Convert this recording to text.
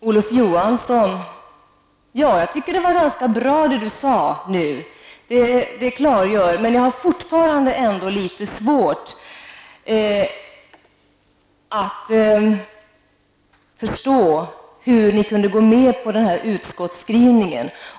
Jag tycker att det som Olof Johansson sade nu var ganska bra och klargörande men jag har fortfarande litet svårt att förstå hur centerpartiet kunde gå med på denna utskottsskrivning.